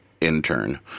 intern